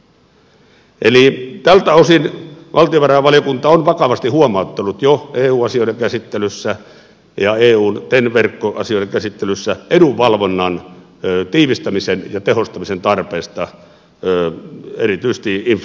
eli tältä osin valtiovarainvaliokunta on vakavasti huomauttanut jo eu asioiden käsittelyssä ja eun ten verkkoasioiden käsittelyssä edunvalvonnan tiivistämisen ja tehostamisen tarpeesta erityisesti infra asioissa